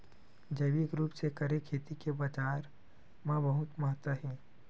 जैविक रूप से करे खेती के बाजार मा बहुत महत्ता हे